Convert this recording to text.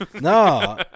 No